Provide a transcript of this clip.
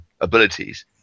abilities